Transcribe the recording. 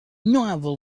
novel